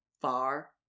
far